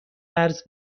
قرض